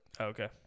Okay